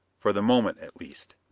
for the moment at least.